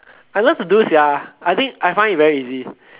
I love to do sia I think I find it very easy